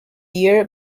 year